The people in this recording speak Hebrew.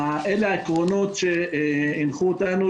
אלה העקרונות שהינחו אותנו,